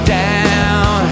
down